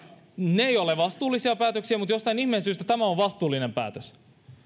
ne eivät ole vastuullisia päätöksiä mutta jostain ihmeen syystä tämä on vastuullinen päätös